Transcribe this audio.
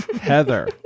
Heather